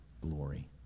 glory